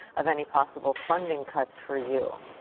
of any possible funding cuts for you?